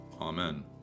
Amen